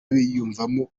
biyumvamo